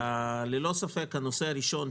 ללא ספק הנושא הראשון,